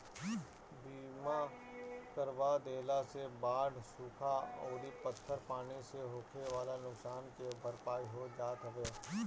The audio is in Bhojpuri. बीमा करवा देहला से बाढ़ सुखा अउरी पत्थर पानी से होखेवाला नुकसान के भरपाई हो जात हवे